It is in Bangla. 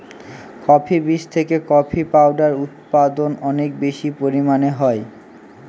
কফি বীজ থেকে কফি পাউডার উৎপাদন অনেক বেশি পরিমানে হয়